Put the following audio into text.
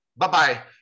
Bye-bye